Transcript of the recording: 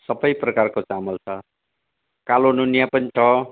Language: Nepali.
सबै प्रकारको चामल छ कालो नुनिया पनि छ